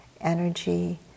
energy